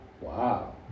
Wow